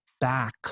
back